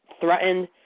threatened